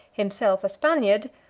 himself a spaniard,